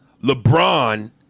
LeBron